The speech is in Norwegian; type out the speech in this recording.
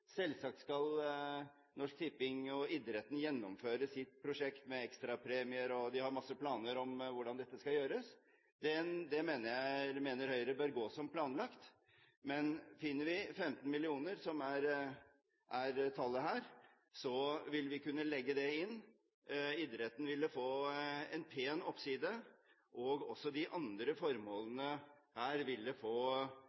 selvsagt skal Norsk Tipping og idretten gjennomføre sitt prosjekt med ekstrapremier – de har masse planer om hvordan dette skal gjøres. Det mener Høyre bør gå som planlagt. Men finner vi 15 mill. kr, som er tallet her, vil vi kunne legge det inn. Idretten ville få en pen oppside, og også de andre formålene